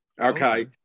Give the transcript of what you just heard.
okay